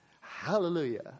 Hallelujah